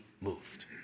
moved